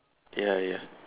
ya ya